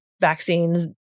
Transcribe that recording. vaccines